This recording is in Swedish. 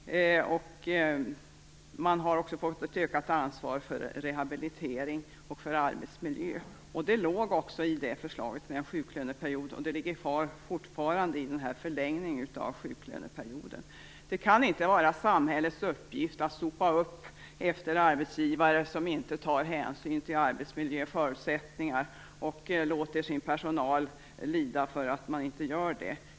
Man har också fått ett ökat ansvar för rehabilitering och för arbetsmiljö. Det låg i förslaget om en sjuklöneperiod, och det ligger kvar i förslaget om en förlängning av sjuklöneperioden. Det kan inte vara samhällets uppgift att sopa upp efter arbetsgivare som inte tar hänsyn till arbetsmiljöförutsättningar och låter sin personal lida för att de inte gör det.